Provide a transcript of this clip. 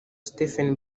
stephen